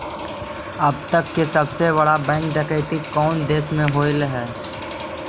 अब तक के सबसे बड़ा बैंक डकैती कउन देश में होले हइ?